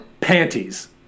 panties